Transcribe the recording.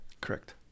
correct